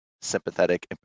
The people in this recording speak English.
sympathetic